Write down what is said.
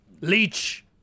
Leech